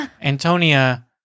Antonia